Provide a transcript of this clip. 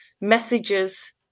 messages